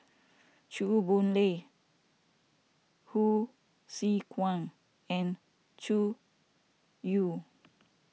Chew Boon Lay Hsu Tse Kwang and Zhu You